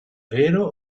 vero